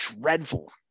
dreadful